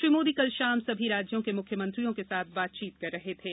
श्री मोदी कल शाम सभी राज्यों के मुख्यमंत्रियों के साथ बातचीत कर रहे थे